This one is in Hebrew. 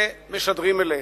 ומשדרים אליהם.